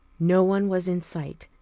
no one was in sight,